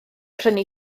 prynu